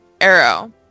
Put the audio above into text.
Arrow